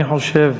אני חושב